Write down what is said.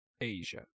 Asia